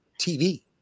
TV